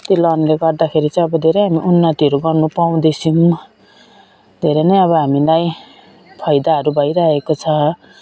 त्यो लोनले गर्दाखेरि चाहिँ अब धेरै उन्नतिहरू गर्नु पाउँदैछौँ धेरै नै अब हामीलाई फाइदाहरू भइरहेको छ